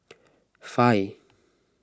five